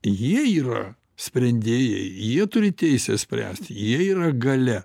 jie yra sprendėjai jie turi teisę spręsti jie yra galia